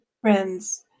friends